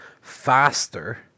Faster